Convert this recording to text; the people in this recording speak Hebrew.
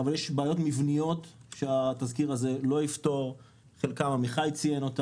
אבל יש בעיות מבניות שתזכיר הזה לא יפתור ואת חלקן ציין עמיחי.